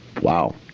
wow